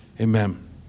amen